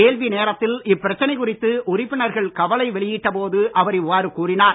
கேள்வி நேரத்தில் இப்பிரச்சனை குறித்து உறுப்பினர்கள் கவலை வெளியிட்ட போது அவர் இவ்வாறு கூறினார்